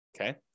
okay